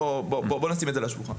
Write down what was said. בוא נשים את זה על השולחן.